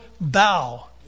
bow